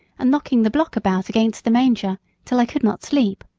and knocking the block about against the manger till i could not sleep.